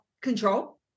control